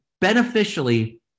beneficially